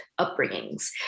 upbringings